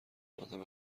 آدم